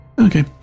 Okay